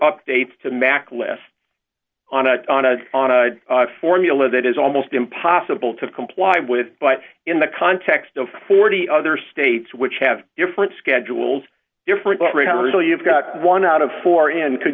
updates to mac list on a on a on a formula that is almost impossible to comply with but in the context of forty other states which have different schedules different rehearsal you've got one out of four and could